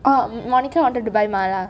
o monica wanted to buy mala